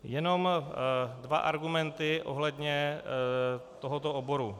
Jenom dva argumenty ohledně tohoto oboru.